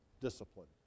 discipline